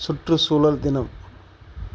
சுற்றுசூழல் தினம்